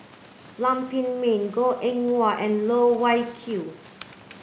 Lam Pin Min Goh Eng Wah and Loh Wai Kiew